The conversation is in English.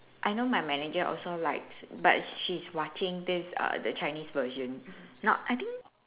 I know my manager also likes but she's watching this uh the Chinese version not I think